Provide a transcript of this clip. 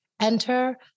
Enter